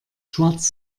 schwarz